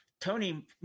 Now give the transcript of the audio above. Tony